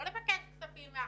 לא לבקש כספים מאחרים.